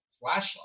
flashlight